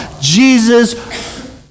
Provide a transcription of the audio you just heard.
Jesus